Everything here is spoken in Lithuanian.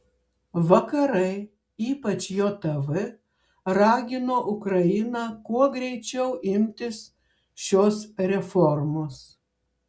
vakarai ypač jav ragino ukrainą kuo greičiau imtis šios reformos